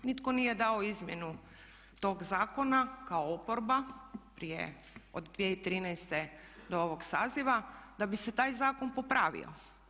Nitko nije dao izmjenu tog zakona, kao oporba, od 2013. do ovog saziva, da bi se taj zakon popravio.